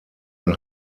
ein